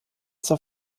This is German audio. zur